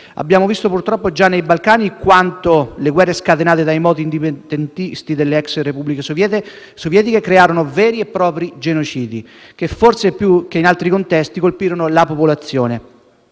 Abbiamo visto purtroppo già nei Balcani quanto le guerre scatenate dai moti indipendentisti delle ex Repubbliche sovietiche crearono dei veri e propri genocidi, che, forse più che in altri contesti, colpirono la popolazione,